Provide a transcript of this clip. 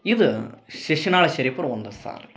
ಇದು ಶಿಶುನಾಳ ಶರೀಫರ ಒಂದು ಸಾಲ್ಗಳು